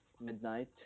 midnight